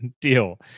deal